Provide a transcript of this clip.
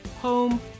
home